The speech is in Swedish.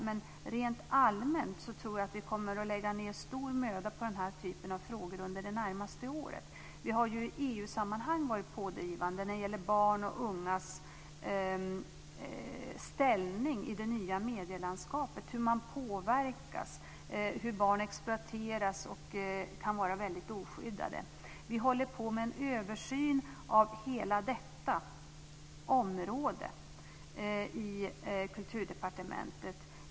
Men rent allmänt tror jag att vi kommer att lägga ned stor möda på den här typen av frågor under det närmaste året. Vi har ju i EU-sammanhang varit pådrivande när det gäller barns och ungas ställning i det nya medielandskapet och när det gäller frågor om hur man påverkas och om hur barn exploateras och kan vara oskyddade. Vi håller på med en översyn av hela detta område i Kulturdepartementet.